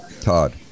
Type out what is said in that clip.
Todd